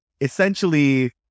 essentially